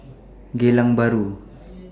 Geylang Bahru